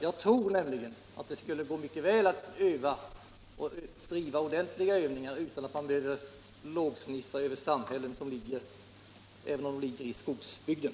Jag tror nämligen att det skulle gå mycket bra att bedriva ordentliga övningar utan att man ”lågsniffar” över samhällen, även om dessa ligger i skogsbygden.